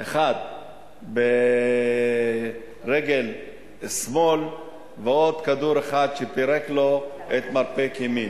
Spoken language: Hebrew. אחד ברגל שמאל ועוד כדור אחד שפירק לו את מרפק ימין.